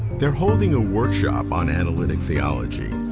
they're holding a workshop on analytic theology.